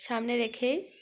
সামনে রেখেই